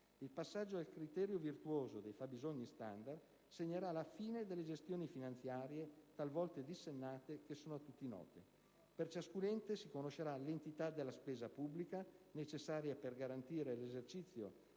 Il passaggio al criterio virtuoso dei fabbisogni standard segnerà la fine delle gestioni finanziarie, talvolta dissennate, che sono a tutti note. Per ciascun ente si conoscerà l'entità della spesa pubblica necessaria per garantire l'esercizio